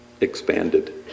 expanded